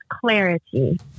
clarity